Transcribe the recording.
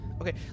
Okay